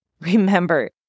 Remember